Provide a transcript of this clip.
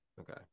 okay